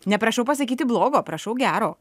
neprašau pasakyti blogo prašau gero